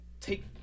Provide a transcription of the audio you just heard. take